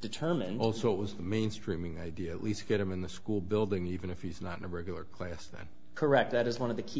determined also it was the mainstreaming idea at least get him in the school building even if he's not in a regular class that correct that is one of the key